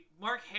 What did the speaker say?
mark